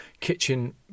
kitchen